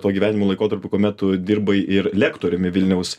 tuo gyvenimo laikotarpiu kuomet tu dirbai ir lektoriumi vilniaus